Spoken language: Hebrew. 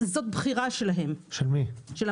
זו בחירה של המשטרה.